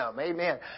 Amen